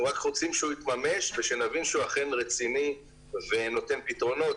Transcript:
אנחנו רק רוצים שהוא יתממש ושנבין שהוא אכן רציני ונותן פתרונות.